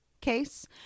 case